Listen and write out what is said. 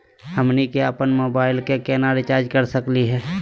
हमनी के अपन मोबाइल के केना रिचार्ज कर सकली हे?